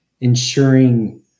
ensuring